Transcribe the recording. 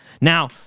now